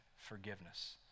forgiveness